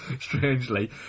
strangely